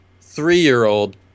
three-year-old